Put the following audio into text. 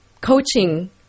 coaching